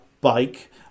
bike